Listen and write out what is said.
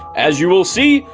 as you will see,